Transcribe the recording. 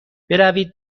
بروید